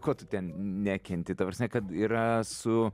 ko tu ten nekenti ta prasme kad yra su